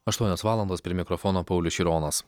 aštuonios valandos prie mikrofono paulius šironas